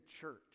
church